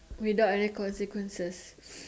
without any consequences